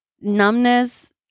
numbness